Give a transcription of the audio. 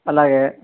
అలాగే